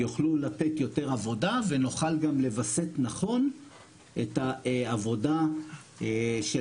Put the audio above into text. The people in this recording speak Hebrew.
יוכלו לתת יותר עבודה ונוכל גם לווסת נכון את העבודה של